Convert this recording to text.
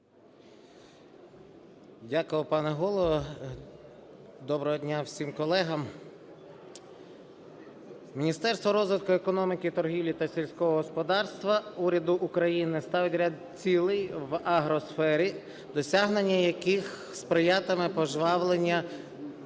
Дякую, пане Голово. Доброго дня всім колегам! Міністерство розвитку економіки, торгівлі та сільського господарства уряду України ставить ряд цілий в агросфері, досягнення яких сприятиме пожвавленню